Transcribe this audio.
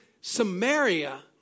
Samaria